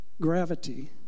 gravity